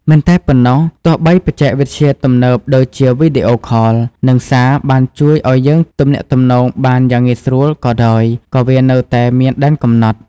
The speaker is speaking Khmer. មិនតែប៉ុណ្ណោះ ទោះបីបច្ចេកវិទ្យាទំនើបដូចជាវីដេអូខល និងសារ បានជួយឱ្យយើងទំនាក់ទំនងបានយ៉ាងងាយស្រួលក៏ដោយ ក៏វានៅតែមានដែនកំណត់។